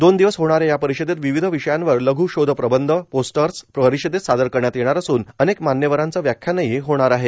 दोन दिवस होणाऱ्या या परिषदेत विविध विषयांवर लघ्षोधप्रबंध पोस्टर्स परिषदेत सादर करण्यात येणार असून अनेक मान्यवरांचे व्याख्यानही होणार आहे